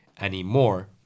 anymore